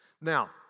Now